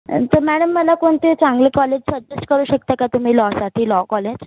तर मॅडम मला कोणते चांगले कॉलेज सजेस्ट करू शकता का तुम्ही लॉसाठी लॉ कॉलेज